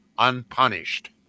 Unpunished